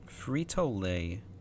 Frito-Lay